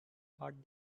got